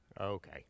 Okay